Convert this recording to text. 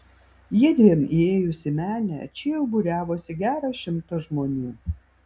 jiedviem įėjus į menę čia jau būriavosi geras šimtas žmonių